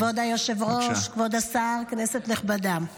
כבוד היושב-ראש, כבוד השר, כנסת נכבדה, חבריי,